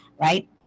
right